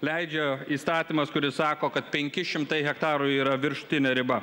leidžia įstatymas kuris sako kad penki šimtai hektarų yra viršutinė riba